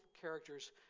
characters